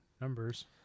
numbers